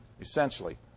Essentially